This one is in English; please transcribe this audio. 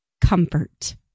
comfort